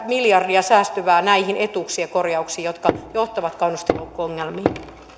miljardia näihin etuuksien korjauksiin jotka johtavat kannustinloukkuongelmiin